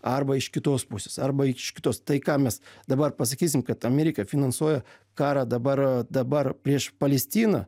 arba iš kitos pusės arba iš kitos tai ką mes dabar pasakysim kad amerika finansuoja karą dabar dabar prieš palestiną